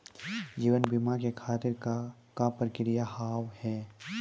जीवन बीमा के खातिर का का प्रक्रिया हाव हाय?